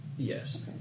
Yes